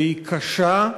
והיא קשה,